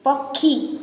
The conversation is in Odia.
ପକ୍ଷୀ